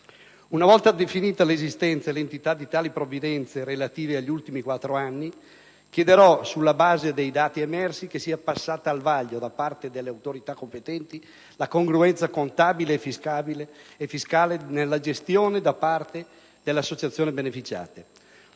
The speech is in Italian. Una volta definite l'esistenza e l'entità di tali provvidenze relative agli ultimi quattro anni, chiederò, sulla base dei dati emersi, che sia passata al vaglio da parte delle autorità competenti la congruenza contabile e fiscale nella loro gestione da parte delle associazioni beneficiarie